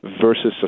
versus